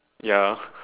ya